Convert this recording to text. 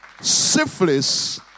Syphilis